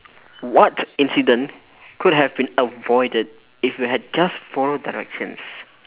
what incident could have been avoided if you had just follow directions